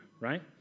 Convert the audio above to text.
right